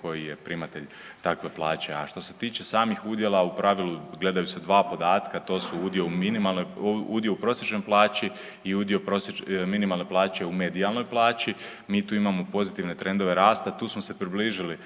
koji je primatelj takve plaće. A što se tiče samih udjela, u pravilu, gledaju se 2 podatka, to su udio u .../nerazumljivo/... udio u prosječnoj plaći i udio .../nerazumljivo/... minimalne plaće u medijalnoj plaći, mi tu imamo pozitivne trendove rasta. Tu smo se približili